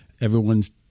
Everyone's